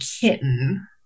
kitten